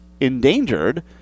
endangered